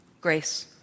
grace